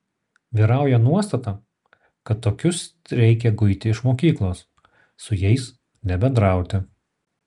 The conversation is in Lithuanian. vyrauja nuostata kad tokius reikia guiti iš mokyklos su jais nebendrauti